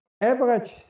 Average